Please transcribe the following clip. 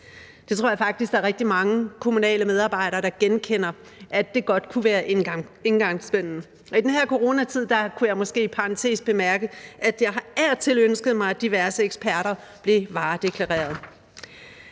Jeg tror faktisk, der er rigtig mange kommunale medarbejdere, der genkender, at det godt kunne være indgangsbønnen. I den her coronatid kunne jeg måske i parentes bemærke, at jeg af og til har ønsket mig, at diverse eksperter blev varedeklareret.